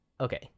okay